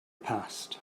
passed